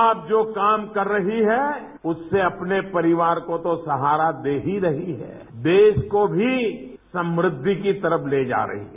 आज जो काम कर रही हैं उससे अपने परिवार को तो सहारा दे ही रही हैं देश को भी समृद्धि की तरफ ले जा रही हैं